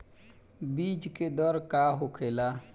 बीज के दर का होखेला?